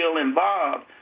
involved